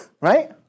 right